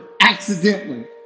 accidentally